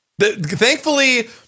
Thankfully